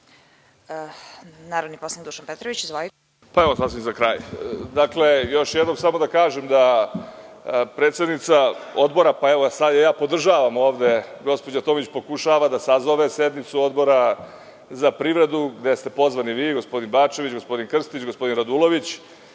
narodni poslanik Dušan Petrović. Izvolite. **Dušan Petrović** Sasvim za kraj, još jednom samo da kažem, da predsednica Odbora, pa evo sad je i ja podržavam ovde, gospođa Tomić, pokušava da sazove sednicu Odbora za privredu gde ste pozvani vi i gospodin Bačević, gospodin Krstić i gospodin Radulović,